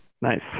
Nice